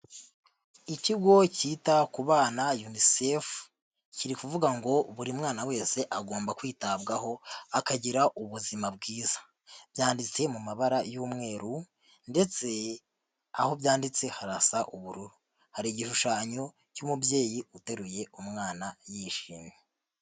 Ikigo cyita ku bana inisefu kiri kuvuga ngo buri mwana wese agomba kwitabwaho akagira ubuzima bwiza, byanditse mu mabara y'umweru ndetse aho byanditse harasa ubururu, hari igishushanyo cy'umubyeyi uteruye umwana yishimye.